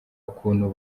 ukuntu